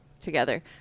together